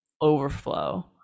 overflow